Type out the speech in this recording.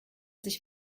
sich